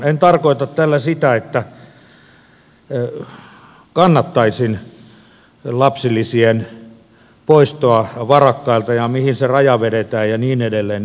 en tarkoita tällä sitä että kannattaisin lapsilisien poistoa varakkailta ja mihin se raja vedetään ja niin edelleen